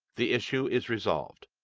the issue is resolved.